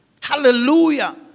hallelujah